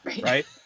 right